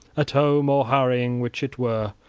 at home, or harrying, which it were,